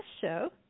show